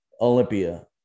Olympia